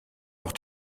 auch